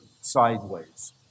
sideways